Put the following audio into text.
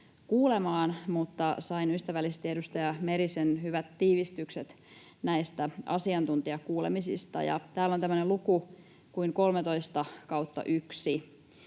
kuulemaan, mutta sain ystävällisesti edustaja Merisen hyvät tiivistykset asiantuntijakuulemisista. Täällä on tämmöinen